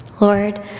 Lord